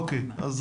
אוקיי, אז